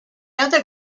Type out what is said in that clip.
other